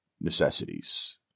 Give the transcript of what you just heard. necessities